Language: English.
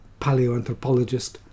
paleoanthropologist